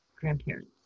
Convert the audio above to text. grandparents